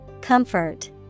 Comfort